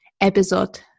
episode